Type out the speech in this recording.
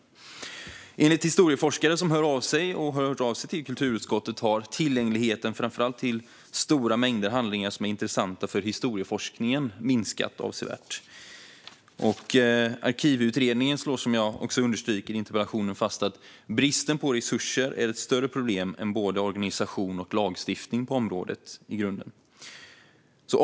Enligt historieforskare som har hört av sig till kulturutskottet har tillgängligheten framför allt till stora mängder handlingar som är intressanta för historieforskningen minskat avsevärt. Arkivutredningen slår också fast, som jag understryker i interpellationen, att bristen på resurser i grunden är ett större problem än både organisation och lagstiftning på området.